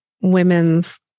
women's